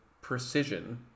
precision